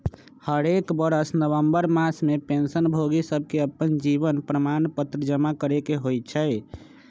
हरेक बरस नवंबर मास में पेंशन भोगि सभके अप्पन जीवन प्रमाण पत्र जमा करेके होइ छइ